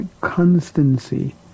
constancy